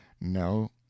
No